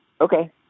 Okay